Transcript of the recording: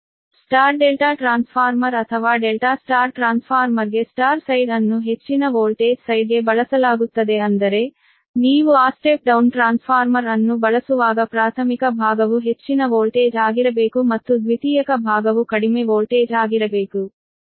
star delta transformer ಅಥವಾ delta star ಟ್ರಾನ್ಸ್ಫಾರ್ಮರ್ಗೆ star side ಅನ್ನು ಹೆಚ್ಚಿನ ವೋಲ್ಟೇಜ್ ಸೈಡ್ಗೆ ಬಳಸಲಾಗುತ್ತದೆ ಅಂದರೆ ನೀವು ಆ ಸ್ಟೆಪ್ ಡೌನ್ ಟ್ರಾನ್ಸ್ಫಾರ್ಮರ್ ಅನ್ನು ಬಳಸುವಾಗ ಪ್ರಾಥಮಿಕ ಭಾಗವು ಹೆಚ್ಚಿನ ವೋಲ್ಟೇಜ್ ಆಗಿರಬೇಕು ಮತ್ತು ದ್ವಿತೀಯಕ ಭಾಗವು ಕಡಿಮೆ ವೋಲ್ಟೇಜ್ ಆಗಿರಬೇಕು